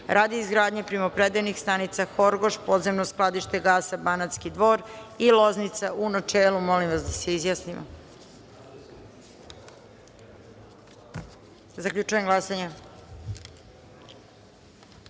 radi izgradnje primopredajnih stanica Horgoš, Podzemno skladište gasa Banatski Dvor i Loznica, u načelu. Molim vas da se izjasnimo. Zaključujem glasanje: